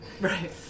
Right